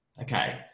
Okay